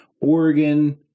Oregon